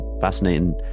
fascinating